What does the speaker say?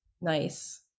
nice